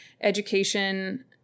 education